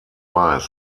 weiß